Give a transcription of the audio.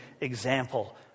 example